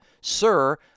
Sir